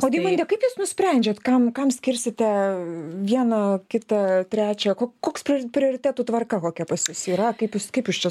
o deimante kaip jūs nusprendžiat kam kam skirsite vieną kitą trečią ko koks prioritetų tvarka kokia pas jus yra kaip jūs kaip jūs čia